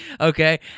okay